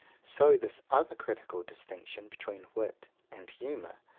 so this other critical distinction, between wit and humour,